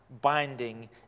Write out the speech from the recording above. binding